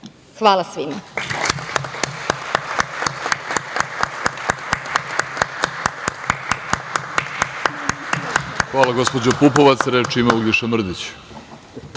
Hvala svima.